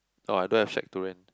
oh I don't have shack to rent